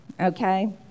okay